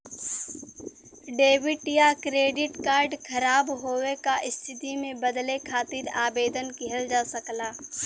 debit या credit card ख़राब होये क स्थिति में बदले खातिर आवेदन किहल जा सकला